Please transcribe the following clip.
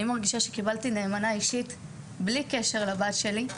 אבל אני מרגישה שקיבלתי נאמנה אישית ללא כל קשר לבת שלי.